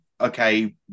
okay